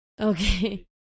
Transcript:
Okay